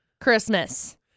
Christmas